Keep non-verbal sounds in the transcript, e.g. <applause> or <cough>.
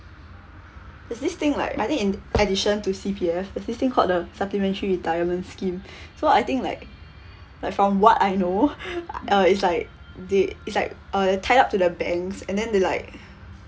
there's this thing like I think in addition to C_P_F there's this thing called the supplementary retirement scheme <breath> so I think like like from what I know <laughs> uh it's like they it's like uh tied up to the banks and then they like